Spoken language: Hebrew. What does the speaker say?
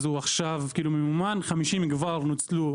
אז- -- כבר נוצלו,